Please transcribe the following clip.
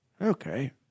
Okay